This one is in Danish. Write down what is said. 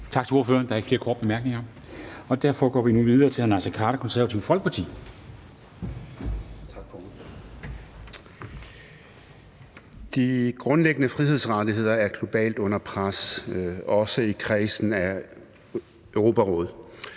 De grundlæggende frihedsrettigheder er under pres globalt, også i kredsen af lande